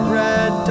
red